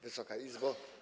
Wysoka Izbo!